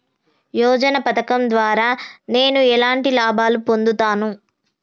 యోజన పథకం ద్వారా నేను ఎలాంటి లాభాలు పొందుతాను?